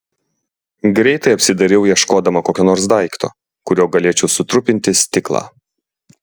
greitai apsidairiau ieškodama kokio nors daikto kuriuo galėčiau sutrupinti stiklą